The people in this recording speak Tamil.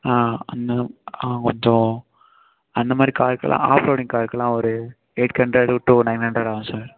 ஆ அந்த ஆ கொஞ்சம் அந்த மாதிரி காருக்கெல்லாம் ஆஃப் ரோடிங் காருக்கெல்லாம் ஒரு eight hundred to nine hundred ஆகும் சார்